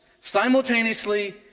simultaneously